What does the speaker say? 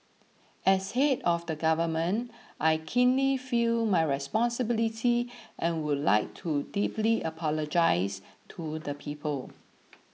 as head of the government I keenly feel my responsibility and would like to deeply apologise to the people